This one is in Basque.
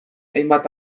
hainbat